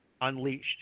Unleashed